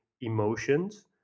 emotions